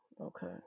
Okay